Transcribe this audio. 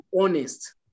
honest